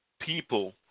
people –